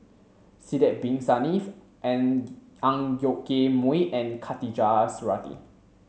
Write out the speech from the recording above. Sidek Bin Saniff and Ang Yoke Mooi and Khatijah Surattee